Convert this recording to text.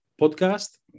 podcast